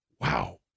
Wow